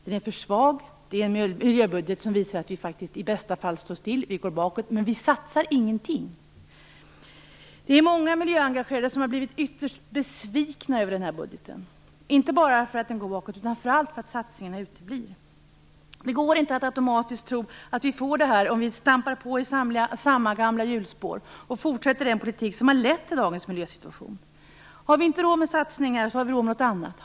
Det är en för svag miljöbudget som visar att vi i bästa fall står stilla. Vi går snarare bakåt, men inga satsningar görs. Det är många miljöengagerade som har blivit ytterst besvikna över denna budget, inte bara för att den strävar bakåt utan framför allt för att satsningarna uteblir. Det går inte att automatiskt tro att vi får allt detta om vi rullar på i samma gamla hjulspår och fortsätter den politik som har lett till dagens miljösituation. Har vi inte råd med satsningar, så har vi råd med något annat.